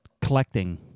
collecting